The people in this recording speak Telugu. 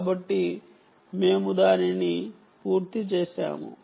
కాబట్టి మేము దానిని పూర్తి చేసాము